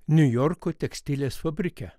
niujorko tekstilės fabrike